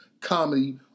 Comedy